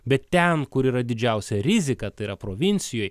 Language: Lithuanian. bet ten kur yra didžiausia rizika tai yra provincijoj